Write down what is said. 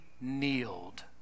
kneeled